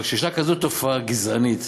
אבל כשיש כזאת תופעה גזענית,